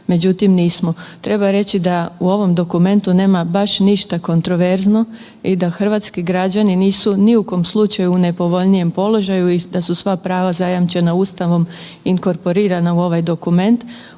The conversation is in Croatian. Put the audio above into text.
međutim nismo. Treba reći da u ovom dokumentu nema baš ništa kontroverzno i da hrvatski građani nisu ni u kom slučaju u nepovoljnijem položaju i da su sva prava zajamčena Ustavom inkorporirana u ovaj dokument.